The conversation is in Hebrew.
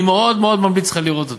אני מאוד מאוד ממליץ לך לראות אותו,